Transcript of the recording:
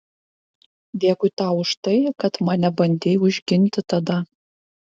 dėkui tau už tai kad mane bandei užginti tada